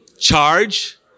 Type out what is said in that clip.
charge